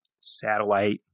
Satellite